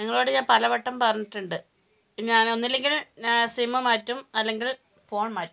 നിങ്ങളോട് ഞാൻ പലവട്ടം പറഞ്ഞിട്ടുണ്ട് ഞാന് ഒന്നില്ലെങ്കിൽ പിന്നെ സിമ്മ് മാറ്റും അല്ലെങ്കിൽ ഫോൺ മാറ്റും